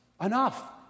Enough